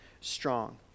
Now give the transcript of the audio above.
strong